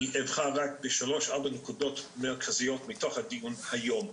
אני אבחר רק בשלוש-ארבע נקודות מרכזיות מתוך הדיון היום.